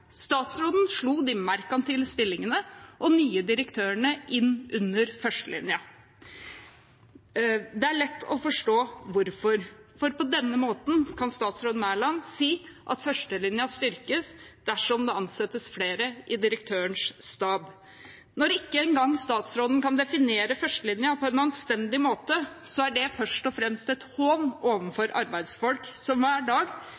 Statsråden slo de merkantile stillingene og de nye direktørene inn under førstelinjen. Det er lett å forstå hvorfor. På denne måten kan statsråd Mæland si at førstelinjen styrkes dersom det ansettes flere i direktørens stab. Når ikke engang statsråden kan definere førstelinjen på en anstendig måte, er det først og fremst en hån overfor arbeidsfolk som hver dag